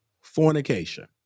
fornication